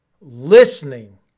listening